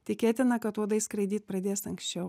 tikėtina kad uodai skraidyt pradės anksčiau